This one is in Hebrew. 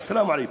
וא-סלאם עליכם.